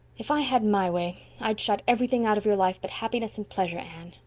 if i had my way i'd shut everything out of your life but happiness and pleasure, anne,